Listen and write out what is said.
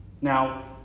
Now